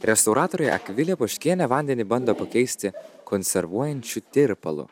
restauratorė akvilė poškienė vandenį bando pakeisti konservuojančiu tirpalu